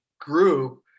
group